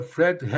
Fred